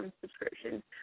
subscription